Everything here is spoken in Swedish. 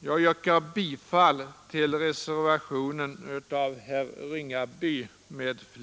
Jag yrkar bifall till reservationen av herr Ringaby m. fl